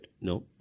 No